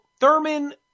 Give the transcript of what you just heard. Thurman